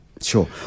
Sure